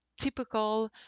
typical